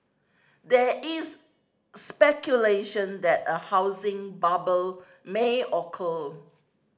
there is speculation that a housing bubble may occur